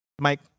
Mike